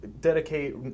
dedicate